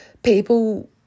people